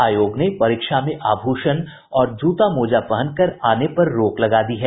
आयोग ने परीक्षा में आभूषण और जूता मोजा पहनकर आने पर रोक लगा दी है